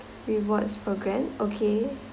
rewards program okay